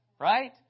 Right